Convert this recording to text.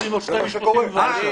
שקורה.